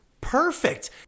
Perfect